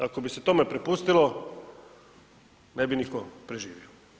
Ako bi se tome prepustilo ne bi niko preživio.